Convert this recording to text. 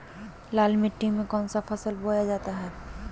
लाल मिट्टी में कौन सी फसल बोया जाता हैं?